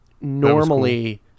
normally